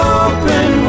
open